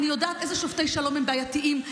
אני יודעת איזה שופטי שלום הם בעייתיים,